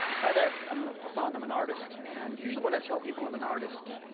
hi there. i'm ah hasan. i'm an artist. and usually when i tell people i'm an artist,